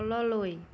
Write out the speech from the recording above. তললৈ